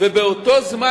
ובאותו זמן,